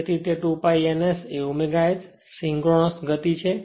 અને તે 2 π n S એ ω S સિંક્રોનસ ગતિ છે